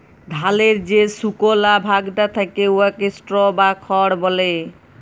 ধালের যে সুকলা ভাগটা থ্যাকে উয়াকে স্ট্র বা খড় ব্যলে